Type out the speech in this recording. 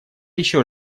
еще